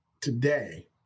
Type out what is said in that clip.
today